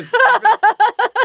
but